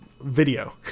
video